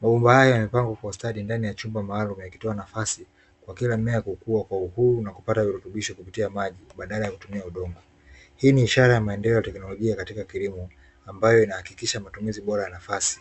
Maua haya yanapangwa kwa stadi ndani ya chumba maalumu yakipewa nafasi kwa kila mmea kukua kwa uhuru na kupata virutubisho kupitia maji badala ya kutumia udongo. Hii ni ishara ya maendeleo ya kiteknolojia katika kililmo, ambaye inahakikisha matumizi bora ya nafasi.